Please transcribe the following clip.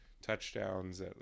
Touchdowns